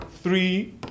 three